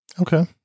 Okay